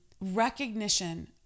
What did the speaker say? recognition